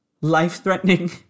life-threatening